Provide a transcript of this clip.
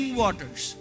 waters